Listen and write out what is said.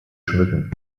schmücken